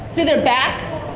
through their backs?